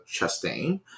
Chastain